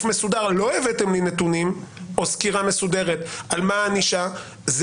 מסודר לא הבאתם לי נתונים או סקירה מסודרת על מה הענישה,